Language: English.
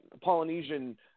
Polynesian